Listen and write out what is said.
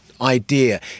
idea